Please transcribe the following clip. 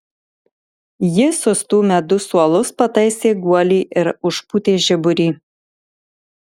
ji sustūmę du suolus pataisė guolį ir užpūtė žiburį